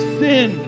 sin